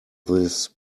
this